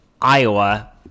Iowa